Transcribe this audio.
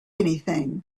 anything